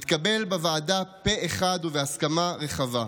התקבל בוועדה פה אחד ובהסכמה רחבה.